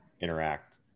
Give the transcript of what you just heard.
interact